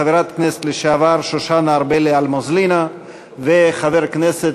חברת הכנסת לשעבר שושנה ארבלי-אלמוזלינו וחבר הכנסת,